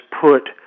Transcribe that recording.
put